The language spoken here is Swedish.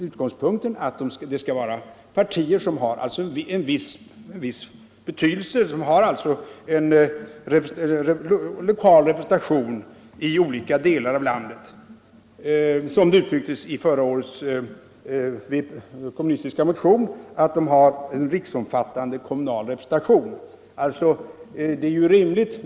Utgångspunkten måste dock vara att det rör sig om partier som har en viss betydelse, partier med en lokal representation i flera delar av landet. I förra årets kommunistiska motion talades det om ”en riksomfattande kommunal representation”.